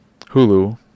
Hulu